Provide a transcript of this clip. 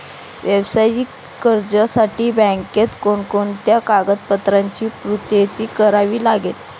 व्यावसायिक कर्जासाठी बँकेत कोणकोणत्या कागदपत्रांची पूर्तता करावी लागते?